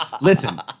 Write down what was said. listen